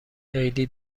عیدی